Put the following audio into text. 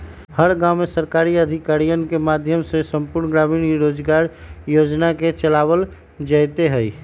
हर गांव में सरकारी अधिकारियन के माध्यम से संपूर्ण ग्रामीण रोजगार योजना के चलावल जयते हई